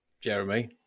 Jeremy